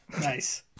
Nice